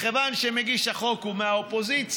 מכיוון שמגיש החוק הוא מהאופוזיציה,